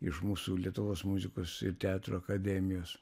iš mūsų lietuvos muzikos ir teatro akademijos